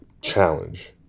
challenge